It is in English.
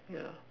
yeah